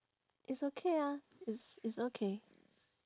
is okay ah is is okay